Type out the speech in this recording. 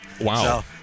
Wow